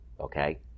Okay